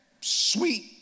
sweet